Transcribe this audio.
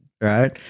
Right